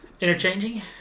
Interchanging